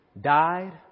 died